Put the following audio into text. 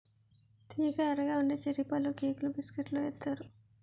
తియ్యగా ఎర్రగా ఉండే చర్రీ పళ్ళుకేకులు బిస్కట్లలో ఏత్తారు